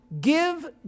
Give